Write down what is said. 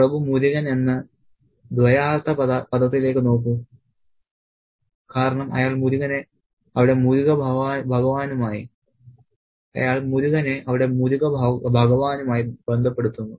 പ്രഭു മുരുകൻ എന്ന ദ്വയാർത്ഥപദത്തിലേക്ക് നോക്കൂ കാരണം അയാൾ മുരുകനെ അവിടെ മുരുക ഭഗവാനുമായി ബന്ധപ്പെടുത്തുന്നു